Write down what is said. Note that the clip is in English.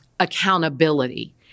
accountability